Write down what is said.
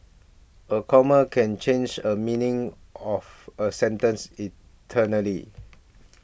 a comma can change a meaning of a sentence eternally